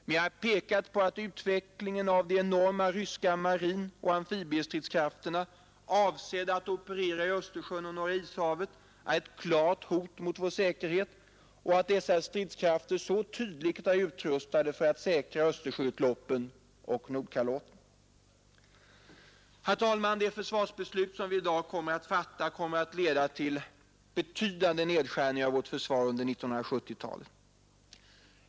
Men jag har pekat på att utvecklingen av de enorma ryska marinoch amfibiestridskrafterna, avsedda att operera i Östersjön och Norra ishavet, är ett klart hot mot vår säkerhet och att dessa stridskrafter tydligt är utrustade för att säkra Östersjöutloppen och Nordkalotten. Herr talman! Det försvarsbeslut som vi i dag skall fatta kommer att leda till betydande nedskärningar av vårt försvar under 1970-talet.